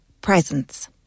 Presents